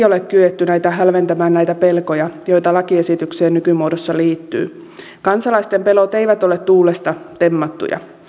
ole kyetty hälventämään näitä pelkoja joita lakiesitykseen nykymuodossa liittyy kansalaisten pelot eivät ole tuulesta temmattuja